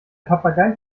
papagei